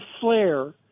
flare